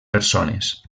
persones